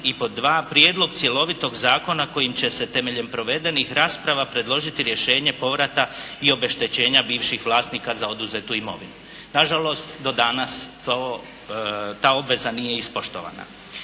i pod dva prijedlog cjelovitog zakona kojim će se temeljem provedenih rasprava predložiti rješenje povrata i obeštećenja bivših vlasnika za oduzetu imovinu. Nažalost, do danas ta obveza nije ispoštovana.